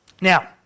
Now